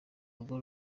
urugo